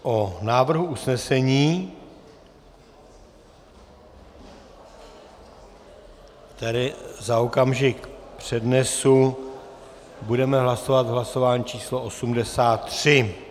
O návrhu usnesení, které za okamžik přednesu, budeme hlasovat v hlasování číslo 83.